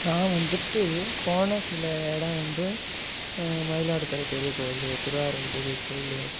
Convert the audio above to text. நான் வந்துட்டு போன சில இடம் வந்து மயிலாடுதுறை பெரிய கோயில் திருவாரூர் பெரிய கோயில்